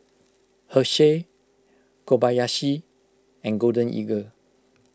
Herschel Kobayashi and Golden Eagle